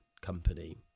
company